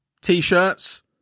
t-shirts